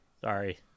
Sorry